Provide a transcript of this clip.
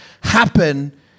happen